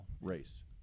race